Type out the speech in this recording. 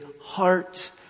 heart